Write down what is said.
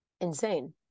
insane